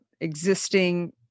existing